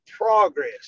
progress